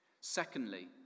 Secondly